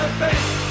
face